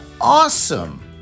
awesome